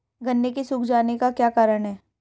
गन्ने के सूख जाने का क्या कारण है?